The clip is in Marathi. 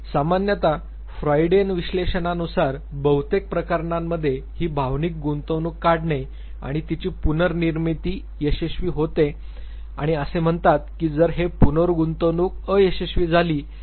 सामान्यत फ्राईडीयन विश्लेषणानुसार बहुतेक प्रकरणांमध्ये ही भावनिक गुंतवणूक काढणे आणि तिची पुनर्निर्मिती यशस्वी होते आणि असे म्हणतात की जर हे पुनर्गुंतवणूक अयशस्वी झाली